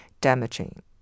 Damaging